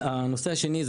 הנושא השני,